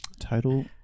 Total